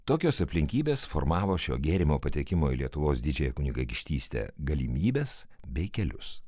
tokios aplinkybės formavo šio gėrimo patekimo į lietuvos didžiąją kunigaikštystę galimybes bei kelius